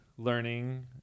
learning